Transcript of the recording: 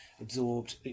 absorbed